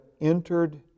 entered